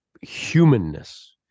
humanness